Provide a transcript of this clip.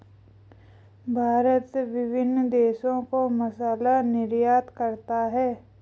भारत विभिन्न देशों को मसाला निर्यात करता है